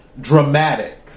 dramatic